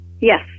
Yes